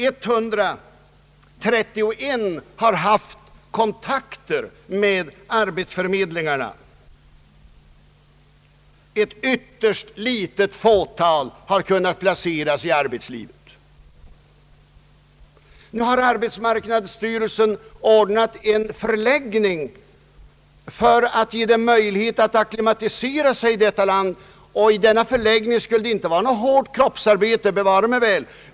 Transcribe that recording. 131 har haft kontakter med arbetsförmedlingarna, men ett ytterst litet fåtal har kunnat placeras i arbetslivet. Nu har arbetsmarknadsstyrelsen ordnat en förläggning för att ge dessa människor möjlighet att acklimatisera sig i vårt land. I denna förläggning skulle de inte utföra något hårt kroppsarbete — bevare mig väl!